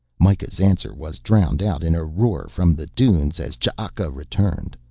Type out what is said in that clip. mikah's answer was drowned out in a roar from the dunes as ch'aka returned.